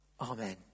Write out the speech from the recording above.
Amen